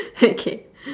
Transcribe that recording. okay